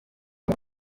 ayo